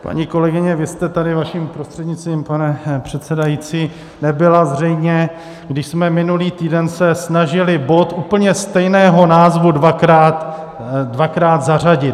Paní kolegyně, vy jste tady, vaším prostřednictvím, pane předsedající, nebyla zřejmě, když jsme se minulý týden snažili bod úplně stejného názvu dvakrát zařadit.